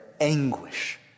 anguish